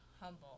humble